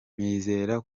nizere